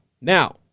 Now